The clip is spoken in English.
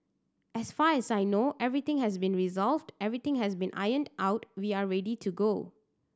as far as I know everything has been resolved everything has been ironed out we are ready to go